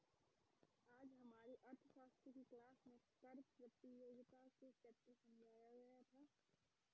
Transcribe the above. आज हमारी अर्थशास्त्र की क्लास में कर प्रतियोगिता का चैप्टर समझाया गया था